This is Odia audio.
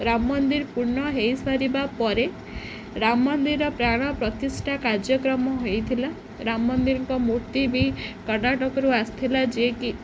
ରାମ ମନ୍ଦିର ପୂର୍ଣ୍ଣ ହେଇସାରିବା ପରେ ରାମ ମନ୍ଦିରର ପ୍ରାଣ ପ୍ରତିଷ୍ଠା କାର୍ଯ୍ୟକ୍ରମ ହେଇଥିଲା ରାମ ମନ୍ଦିରଙ୍କ ମୂର୍ତ୍ତି ବି କର୍ଣ୍ଣାଟକରୁ ଆସିଥିଲା ଯେ କି